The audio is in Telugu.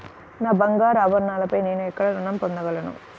నా బంగారు ఆభరణాలపై నేను ఎక్కడ రుణం పొందగలను?